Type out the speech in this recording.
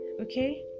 okay